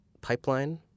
pipeline